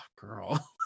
girl